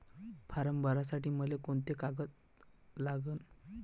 Form भरासाठी मले कोंते कागद लागन?